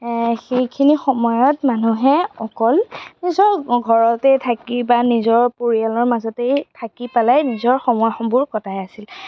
সেইখিনি সময়ত মানুহে অকল নিজৰ ঘৰতেই থাকি বা নিজৰ পৰিয়ালৰ মাজতেই থাকি পেলাই নিজৰ সময়বোৰ কটাই আছিল